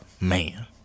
man